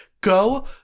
go